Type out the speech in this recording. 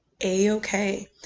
A-okay